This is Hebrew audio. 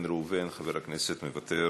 חבר הכנסת איל בן ראובן, מוותר,